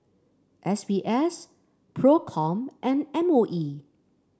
S B S Procom and M O E